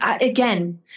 again